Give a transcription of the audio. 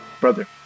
Brother